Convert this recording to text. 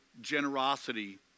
generosity